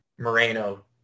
Moreno